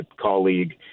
colleague